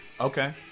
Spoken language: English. Okay